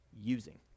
using